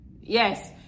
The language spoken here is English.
yes